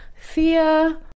Thea